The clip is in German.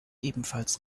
ebenfalls